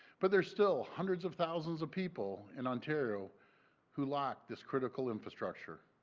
but, there are still hundreds of thousands of people in ontario who lack this critical infrastructure.